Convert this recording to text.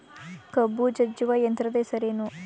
ಕಬ್ಬು ಜಜ್ಜುವ ಯಂತ್ರದ ಹೆಸರೇನು?